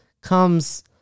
comes